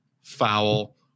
foul